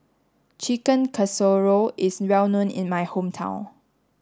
Chicken Casserole is well known in my hometown